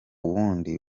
wundi